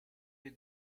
you